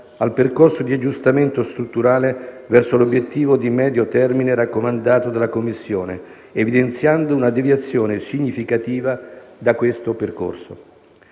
al percorso di aggiustamento strutturale verso l'obiettivo di medio termine raccomandato dalla Commissione, evidenziando una deviazione significativa da questo percorso.